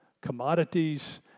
commodities